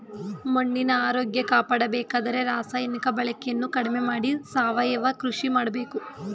ಮಣ್ಣಿನ ಆರೋಗ್ಯ ಕಾಪಾಡಬೇಕಾದರೆ ರಾಸಾಯನಿಕ ಬಳಕೆಯನ್ನು ಕಡಿಮೆ ಮಾಡಿ ಸಾವಯವ ಕೃಷಿ ಮಾಡಬೇಕು